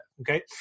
Okay